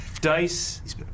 Dice